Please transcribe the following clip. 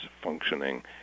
functioning